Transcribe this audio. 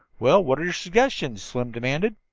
well, what's your suggestion? slim demanded.